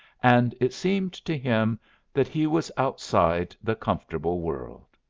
and it seemed to him that he was outside the comfortable world.